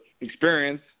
experience